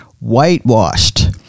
whitewashed